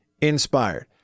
inspired